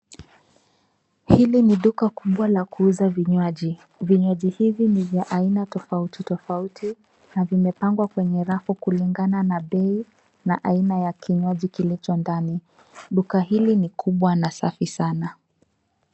Hili ni duka kubwa la kuuza vinywaji. Vinywaji hivi ni vya aina tofauti tofauti, na vimepangwa kwenye rafu kulingana na bei, na aina ya kinywaji kilicho ndani. Duka hili ni kubwa na safi sana.